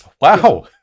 Wow